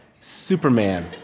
superman